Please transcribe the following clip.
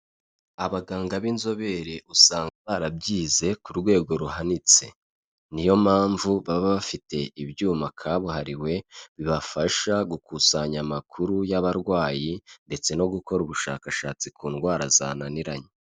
Abaganga b'inzobere usanga barabyize ku rwego ruhanitse niyo mpamvu baba bafite ibyuma kabuhariwe bibafasha gukusanya amakuru y'abarwayi ndetse no gukora ubushakashatsi ku ndwara zananiranye.